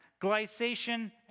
glycation